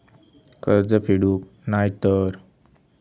कर्ज फेडूक नाय तर?